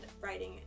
writing